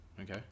Okay